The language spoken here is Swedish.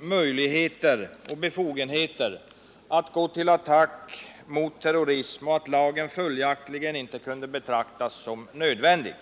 möjligheter och befogenheter att gå till attack mot terrorism och att lagen följaktligen inte kunde betraktas som nödvändig.